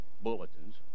bulletins